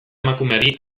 emakumeari